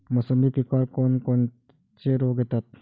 मोसंबी पिकावर कोन कोनचे रोग येतात?